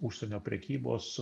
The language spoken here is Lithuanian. užsienio prekybos